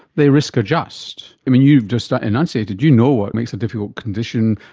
they risk adjust. you've just enunciated, you know what makes a difficult condition,